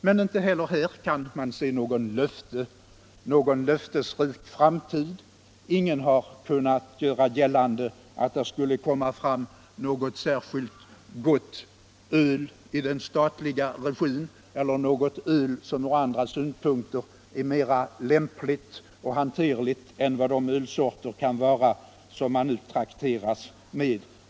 Men inte heller här kan man se någon löftesrik framtid. Ingen har kunnat göra gällande att det skulle komma fram något särskilt gott öl i den statliga regin eller något öl som ur andra synpunkter är mera lämpligt och hanterligt än vad de ölsorter kan vara som man nu trakteras med.